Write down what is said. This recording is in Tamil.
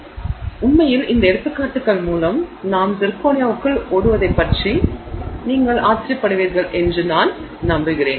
எனவே உண்மையில் இந்த எடுத்துக்காட்டுகள் மூலம் நாங்கள் சிர்கோனியாவுக்குள் ஓடுவதைப் பற்றி நீங்கள் ஆச்சரியப்படுவீர்கள் என்று நான் நம்புகிறேன்